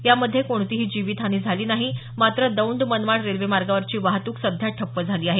या मध्ये कोणतीही जीवितहानी झाली नाही मात्र दौंड मनमाड रेल्वे मार्गावरची वाहतूक सध्या ठप्प झाली आहे